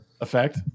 effect